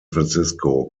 francisco